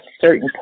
certain